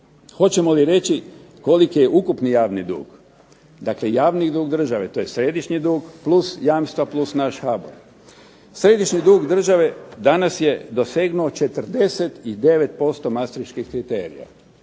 Hoćemo li reći koliki je ukupni javni dug? Dakle, javni dug države, tj. središnji dug plus jamstva, plus naš HBOR – središnji dug države danas je dosegnuo 49% mastriških kriterija.